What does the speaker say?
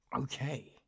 okay